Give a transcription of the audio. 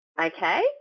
Okay